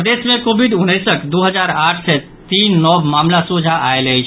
प्रदेश मे कोविड उन्नैसक दू हजार आठ सय तीन नव मामिला सोझा आयल अछि